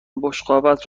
بشقابت